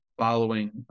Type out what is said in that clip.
following